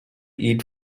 eat